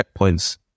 checkpoints